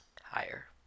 Higher